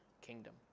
kingdom